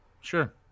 Sure